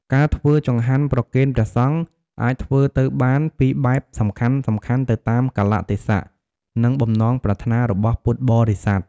ការធ្វើចង្ហាន់ប្រគេនព្រះសង្ឃអាចធ្វើទៅបានពីរបែបសំខាន់ៗទៅតាមកាលៈទេសៈ និងបំណងប្រាថ្នារបស់ពុទ្ធបរិស័ទ។